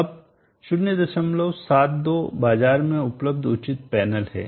अब 072 बाजार में उपलब्ध उचित पैनल है